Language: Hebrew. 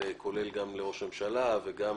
כולל גם למשרד ראש הממשלה וגם